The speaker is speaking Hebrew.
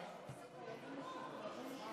היושבת-ראש,